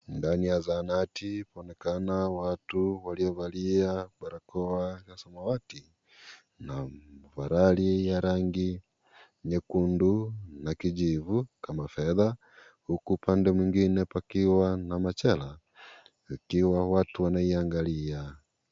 Ndani ya zahanati, panaonekana watu waliovalia balakoa za samawati, na valari ya rangi nyekundu na kijivu, kama fedha. Huku upande mwingine pamepakiwa na majela, ikiwa watu wanaiangalia.